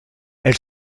elle